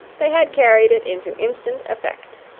they had carried it into instant effect.